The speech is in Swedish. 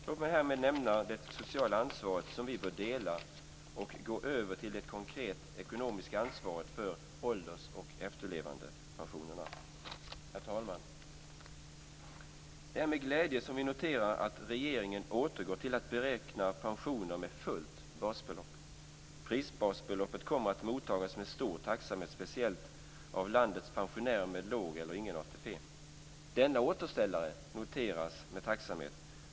Låt mig härmed lämna det sociala ansvaret som vi bör dela och gå över till det konkreta ekonomiska ansvaret för ålders och efterlevandepensionerna. Herr talman! Det är med glädje som vi noterar att regeringen återgår till att beräkna pensioner med fullt basbelopp. Prisbasbeloppet kommer att mottas med stor tacksamhet, speciellt av landets pensionärer med låg eller ingen ATP. Denna återställare noteras med tacksamhet.